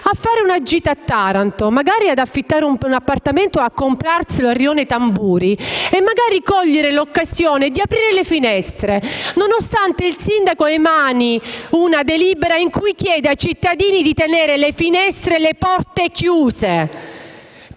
a fare una gita a Taranto e magari ad affittare o comprare un appartamento nel rione Tamburi. Potrebbe magari cogliere l'occasione di aprire le finestre, nonostante il sindaco abbia emanato una delibera in cui chiede ai cittadini di tenere le finestre e le porte chiuse.